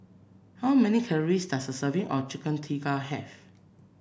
how many calories does a serving of Chicken Tikka have